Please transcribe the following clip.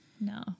No